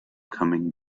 coming